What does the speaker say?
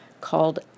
called